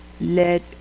let